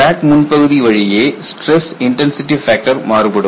crack முன்பகுதி வழியே stress intensity factor மாறுபடும்